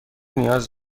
نیاز